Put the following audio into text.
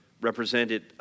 represented